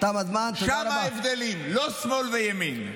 שם ההבדלים, לא שמאל וימין.